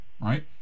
Right